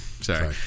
sorry